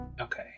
Okay